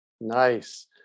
Nice